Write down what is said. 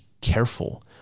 careful